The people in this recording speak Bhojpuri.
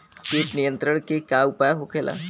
कीट नियंत्रण के का उपाय होखेला?